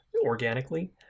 organically